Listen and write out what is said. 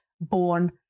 born